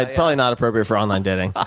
ah probably not appropriate for online dating.